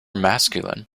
masculine